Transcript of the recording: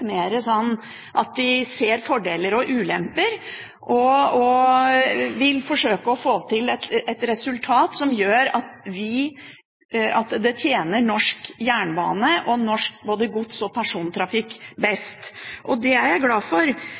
ser fordeler og ulemper og vil forsøke å få til et resultat som gjør at det tjener norsk jernbane og norsk både gods- og persontrafikk best. Det er jeg glad for.